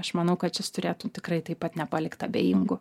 aš manau kad šis turėtų tikrai taip pat nepalikt abejingų